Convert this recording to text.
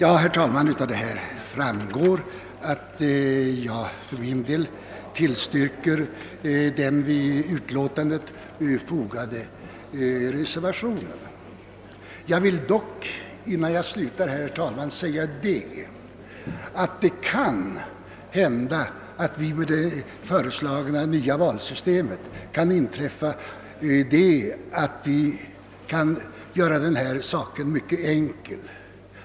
Innan jag slutar vill jag säga att det kan hända att hithörande problem med det föreslagna nya valsystemet kan lösas på ett enkelt sätt.